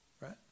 Right